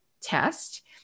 test